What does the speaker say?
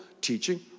teaching